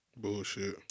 Bullshit